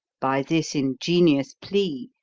by this ingenious plea,